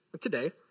today